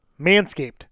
Manscaped